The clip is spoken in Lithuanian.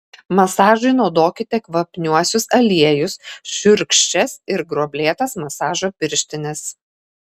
masažui naudokite kvapniuosius aliejus šiurkščias ar gruoblėtas masažo pirštines